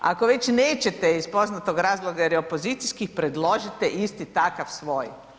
Ako već nećete iz poznatog razloga jer je opozicijski, predložite isti takav svoj.